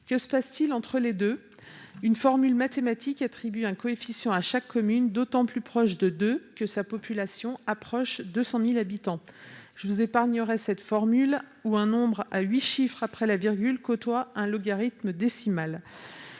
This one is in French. Que se passe-t-il entre les deux ? Une formule mathématique attribue un coefficient à chaque commune, d'autant plus proche de deux que sa population approche 200 000 habitants. Je vous épargnerai cette formule où un nombre à huit chiffres après la virgule côtoie un logarithme décimal.